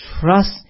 trust